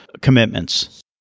commitments